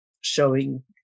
showing